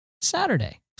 Saturday